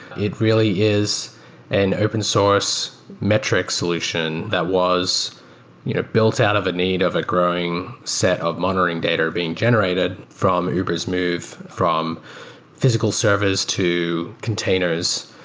it really is an open source metric solution that was you know built out of a need of a growing set of monitoring data being generated from uber s move from physical servers to containers.